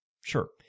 Sure